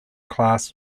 class